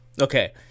Okay